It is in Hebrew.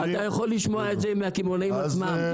--- אתה יכול לשמוע את זה מהקמעונאים עצמם,